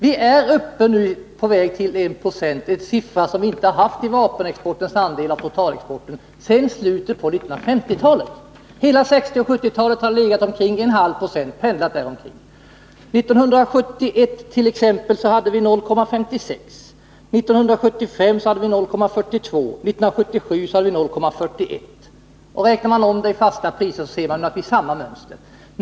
Vi är på väg mot en andel på 1 96 när det gäller vapenexportens andel av totalexporten. En sådan siffra har vi inte haft sedan slutet av 1950-talet. Hela 1960 och 1970-talen har andelen pendlat omkring 0,5 96. 1971 utgjorde den 0,56 26, 1975 utgjorde den 0,42 26 och 1977 uppgick den till 0,41 70. Räknar man om det till fasta priser ser man samma mönster.